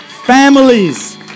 Families